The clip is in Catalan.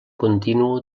continu